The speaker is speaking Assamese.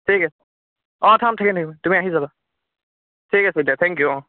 ঠিক আছে অঁ থাম থাকিম থাকিম তুমি আহি যাবা ঠিক আছে দিয়া থেংক ইউ অঁ